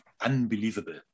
unbelievable